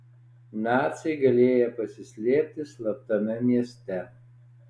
naciai galėję pasislėpti slaptame mieste